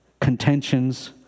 contentions